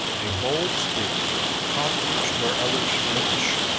a bold spirit conquers where others flinch,